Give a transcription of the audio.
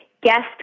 Guest